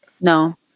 No